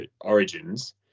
origins